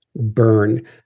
burn